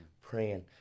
praying